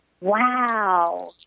Wow